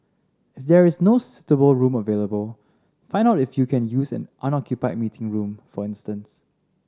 if there is no suitable room available find out if you can use an unoccupied meeting room for instance